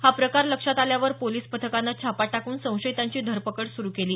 हा प्रकार लक्षात आल्यावरर पोलीस पथकानं छापा टाकून संशयितांची धरपकड सुरू केली